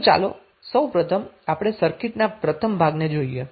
તો ચાલો સૌ પ્રથમ આપણે સર્કિટનો પ્રથમ ભાગ જોઈએ